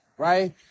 Right